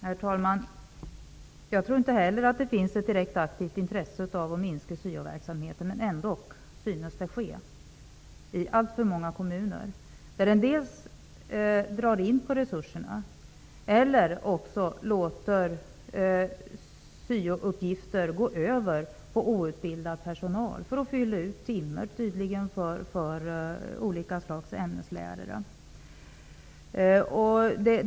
Herr talman! Jag tror inte heller att det finns ett direkt intresse av att minska syoverksamheten. Ändock synes detta ske i alltför många kommuner, där man dels drar in på resurserna, dels också för över syouppgifter till outbildad personal -- tydligen för att fylla ut timmar för olika slags ämneslärare.